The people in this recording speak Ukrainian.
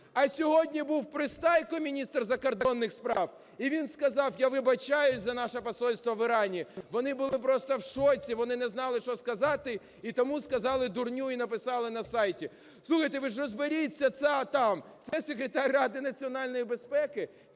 А сьогодні був Пристайко, міністр закордонних справ, і він сказав, я вибачаюсь за наше посольство в Ірані, вони були просто в шоці, вони не знали, що сказати і тому сказали дурню, і написали на сайті. Слухайте, ви ж розберіться там! Це Секретар Ради національної безпеки,